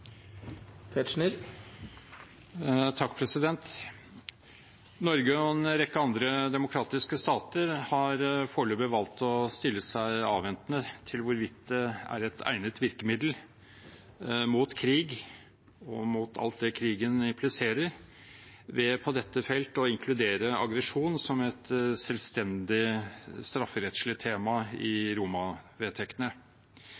Norge og en rekke andre demokratiske stater har foreløpig valgt å stille seg avventende til hvorvidt det er et egnet virkemiddel mot krig og mot alt det krigen impliserer, på dette felt å inkludere aggresjon som et selvstendig strafferettslig tema